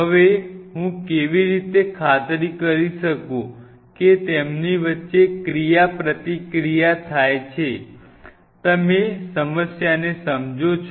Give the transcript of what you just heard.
હવે હું કેવી રીતે ખાતરી કરી શકું કે તેમની વચ્ચે ક્રિયાપ્રતિક્રિયા થાય છે તમે સમસ્યાને સમજો છો